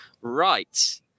Right